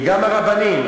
וגם הרבנים,